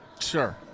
Sure